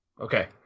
Okay